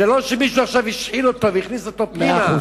זה לא שמישהו השחיל אותו והכניס אותו פנימה.